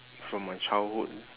from my childhood